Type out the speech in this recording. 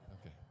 Okay